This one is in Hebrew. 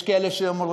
יש כאלה שיאמרו,